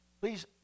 please